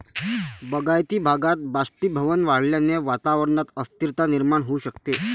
बागायती भागात बाष्पीभवन वाढल्याने वातावरणात अस्थिरता निर्माण होऊ शकते